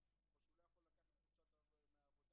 השעה 10:03. את מה שהיה להגיד על הבוקר על היום